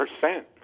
percent